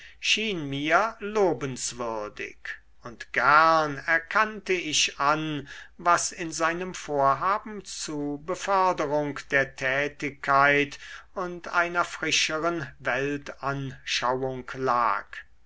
mir lobenswürdig und gern erkannte ich an was in seinem vorhaben zu beförderung der tätigkeit und einer frischeren weltanschauung lag